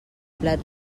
plat